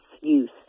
use